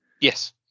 yes